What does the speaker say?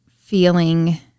feeling